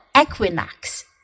equinox